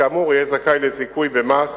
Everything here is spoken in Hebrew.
כאמור יהיה זכאי לזיכוי במס